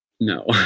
No